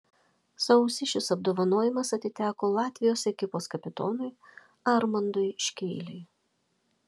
sausį šis apdovanojimas atiteko latvijos ekipos kapitonui armandui škėlei